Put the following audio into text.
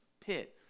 pit